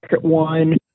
one